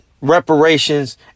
Reparations